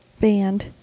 band